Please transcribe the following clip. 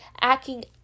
acting